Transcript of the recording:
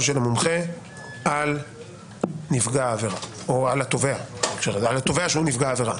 של המומחה על התובע שהוא נפגע העבירה".